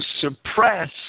suppress